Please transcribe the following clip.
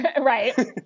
Right